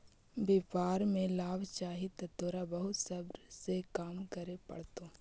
व्यापार में लाभ चाहि त तोरा बहुत सब्र से काम करे पड़तो